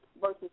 versus